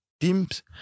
teams